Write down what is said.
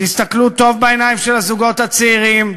תסתכלו טוב בעיניים של הזוגות הצעירים,